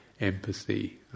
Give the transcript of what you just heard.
empathy